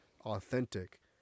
authentic